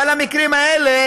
אבל המקרים האלה,